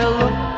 look